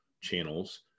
channels